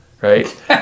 right